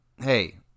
Hey